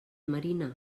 marina